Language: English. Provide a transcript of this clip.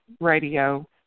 radio